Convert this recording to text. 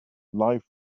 life